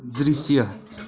दृश्य